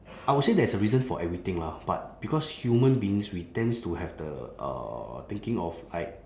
I would say there's a reason for everything lah but because human beings we tends to have the uh thinking of like